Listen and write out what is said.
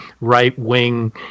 right-wing